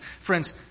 Friends